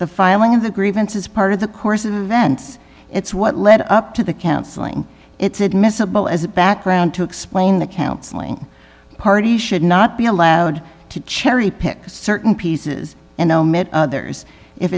the filing of the grievances part of the course of events it's what led up to the counseling it's admissible as a background to explain the counseling parties should not be allowed to cherry pick certain pieces and omit others if